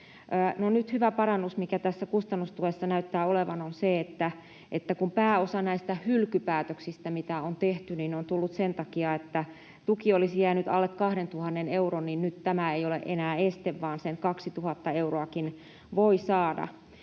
hyvä parannus, mikä tässä kustannustuessa näyttää olevan, on se, että kun pääosa näistä hylkypäätöksistä, mitä on tehty, on tullut sen takia, että tuki olisi jäänyt alle 2 000 euron, niin nyt tämä ei ole enää este vaan sen 2 000 euroakin voi saada.